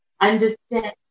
understand